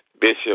Bishop